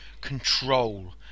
control